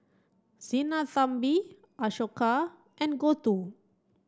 Sinnathamby Ashoka and Gouthu